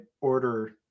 order